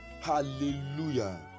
Hallelujah